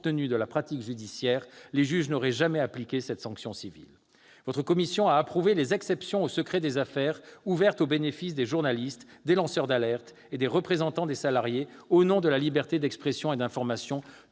de la pratique judiciaire, les juges n'auraient jamais appliqué cette sanction civile. Votre commission a approuvé les exceptions au secret des affaires ouvertes au bénéfice des journalistes, des lanceurs d'alerte et des représentants des salariés, au nom de la liberté d'expression et d'information,